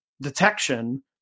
detection